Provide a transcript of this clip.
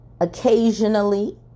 occasionally